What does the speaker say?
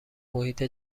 محیط